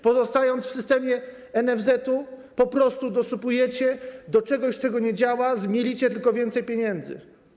Pozostając w systemie NFZ-u, po prostu dosypujecie do czegoś, co nie działa, zmielicie tylko więcej pieniędzy.